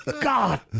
God